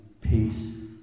peace